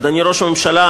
אדוני ראש הממשלה,